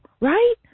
right